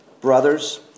brothers